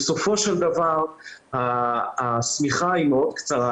בסופו של דבר השמיכה היא מאוד קצרה.